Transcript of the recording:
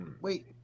Wait